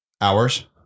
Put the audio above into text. hours